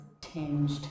tinged